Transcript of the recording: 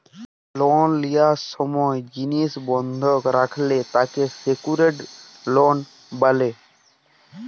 লল লিয়ার সময় জিলিস বন্ধক রাখলে তাকে সেক্যুরেড লল ব্যলে